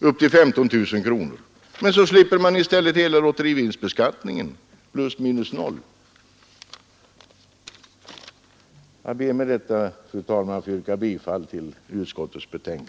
över 15 000 kronor, men arrangörerna slipper i fortsättningen hela lotterivinstbeskattningen, och det blir plus minus noll. Jag ber med detta, fru talman, att få yrka bifall till utskottets hemställan.